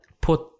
put